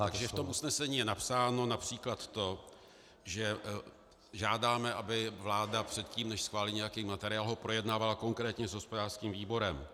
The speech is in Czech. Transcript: V tomto usnesení napsáno například to, že žádáme, aby vláda předtím, než schválí nějaký materiál, ho projednávala konkrétně s hospodářským výborem.